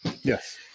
Yes